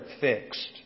fixed